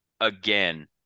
again